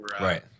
Right